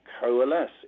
coalesce